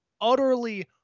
utterly